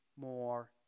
more